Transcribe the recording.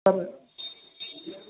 sir